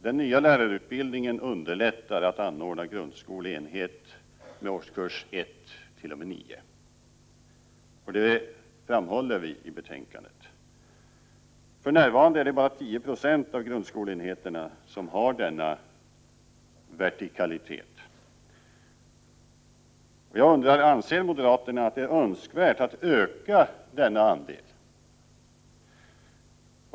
Den nya lärarutbildningen underlättar anordnande av grundskoleenhet med årskurs 1-9. Det framhåller vi i betänkandet. För närvarande är det bara 10 96 av grundskoleenheterna som har denna vertikalitet. Jag undrar: Anser moderaterna att det är önskvärt att öka denna andel?